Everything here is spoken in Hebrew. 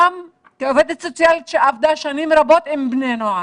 גם כעובדת סוציאלית שעבדה שנים רבות עם בני נוער,